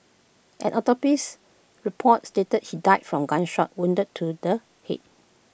an autopsy report stated he died from A gunshot wounded to the Head